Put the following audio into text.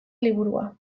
liburua